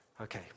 Okay